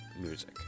music